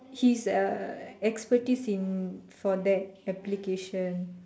he's a expertise in for that application